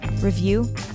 review